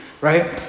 Right